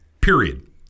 Period